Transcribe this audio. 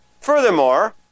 Furthermore